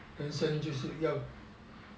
人生就是要